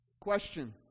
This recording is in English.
Question